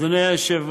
אדוני היושב בראש,